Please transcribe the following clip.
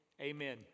Amen